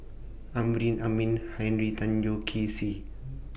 Amrin Amin Henry Tan Yoke See